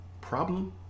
problem